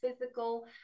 physical